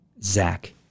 Zach